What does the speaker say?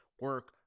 Work